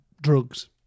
drugs